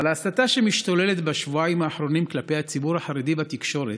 אבל ההסתה שמשתוללת בשבועיים האחרונים כלפי הציבור החרדי בתקשורת,